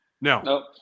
No